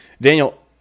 Daniel